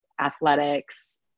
athletics